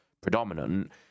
predominant